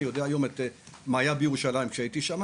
אני יודע מה היה בירושלים כשהייתי בירושלים,